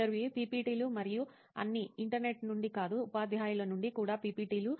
ఇంటర్వ్యూఈ పిపిటిలు మరియు అన్నీ ఇంటర్నెట్ నుండి కాదు ఉపాధ్యాయుల నుండి కూడా పిపిటిలు